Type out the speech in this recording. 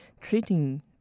treating